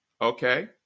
Okay